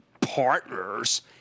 partners